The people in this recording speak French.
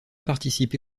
participé